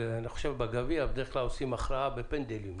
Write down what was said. במשחק גביע בדרך כלל מכריעים באמצעות פנדלים.